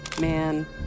Man